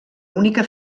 única